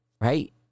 Right